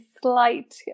slight